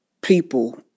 people